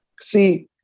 see